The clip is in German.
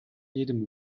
jedem